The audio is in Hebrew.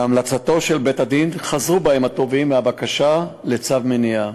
בהמלצתו של בית-הדין חזרו בהם התובעים מהבקשה לצו מניעה.